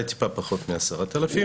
אולי טיפה פחות מ-10,000.